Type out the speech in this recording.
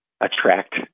attract